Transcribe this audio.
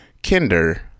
kinder